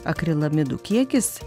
akrilamidų kiekis